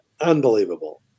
unbelievable